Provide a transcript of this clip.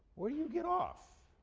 where do you get off?